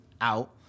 out